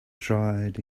tried